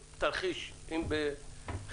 יש דברים של הטבות בנושא קרקע אנחנו מקבלים מרמ"י,